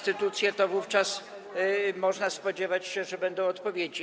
to wówczas można spodziewać się, że będą odpowiedzi.